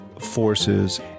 forces